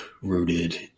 rooted